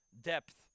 depth